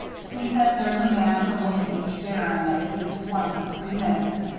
see that there's a man to look at each bearing at least once in three minutes,